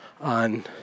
on